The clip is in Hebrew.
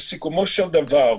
בסיכומו של דבר,